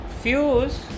fuse